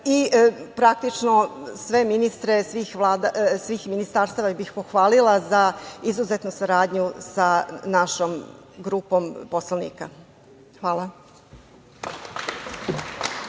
Praktično, sve ministre svih ministarstava bih pohvalila za izuzetnu saradnju sa našom grupom poslanika. Hvala.